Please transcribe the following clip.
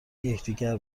یکدیگر